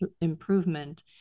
improvement